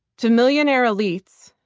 to millionaire elites,